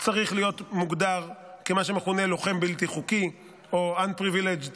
צריך להיות מוגדר כמה שמכונה לוחם בלתי חוקי או Unprivileged combatant,